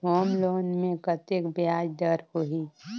Home loan मे कतेक ब्याज दर होही?